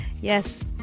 Yes